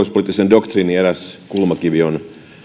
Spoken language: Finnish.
doktriinin eräs kulmakivi on